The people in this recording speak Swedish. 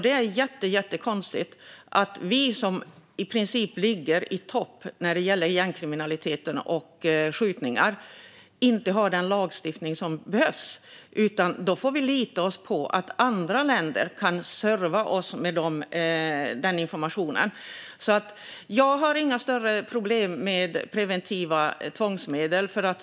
Det är jättekonstigt att vi, som i princip ligger i topp när det gäller gängkriminalitet och skjutningar, inte har den lagstiftning som behövs utan får förlita oss på att andra länder kan serva oss med information. Jag har inga större problem med preventiva tvångsmedel.